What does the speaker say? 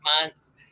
months